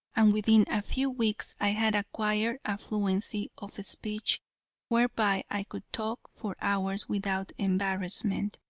and within a few weeks i had acquired a fluency of speech whereby i could talk for hours without embarrassment.